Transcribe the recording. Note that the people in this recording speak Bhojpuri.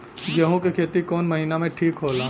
गेहूं के खेती कौन महीना में ठीक होला?